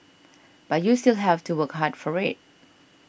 but you still have to work hard for it